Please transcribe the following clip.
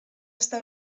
està